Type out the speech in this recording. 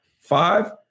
five